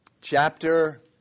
chapter